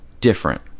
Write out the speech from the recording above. different